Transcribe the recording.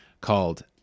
called